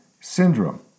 syndrome